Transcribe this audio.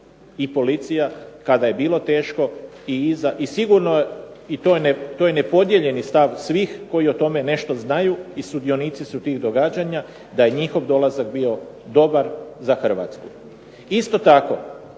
i policija kada je bilo teško i iza, i sigurno to je nepodijeljeni stav svih koji o tome nešto znaju i sudionici su tih događanja, da je njihov dolazak bio dobar za Hrvatsku. Isto tako,